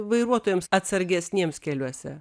vairuotojams atsargesniems keliuose